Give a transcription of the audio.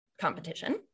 competition